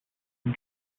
and